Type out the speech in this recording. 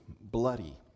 bloody